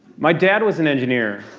my dad was an engineer.